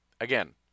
again